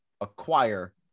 acquire